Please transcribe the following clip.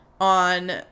on